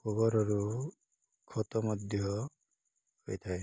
ଗୋବରରୁ ଖତ ମଧ୍ୟ ହୋଇଥାଏ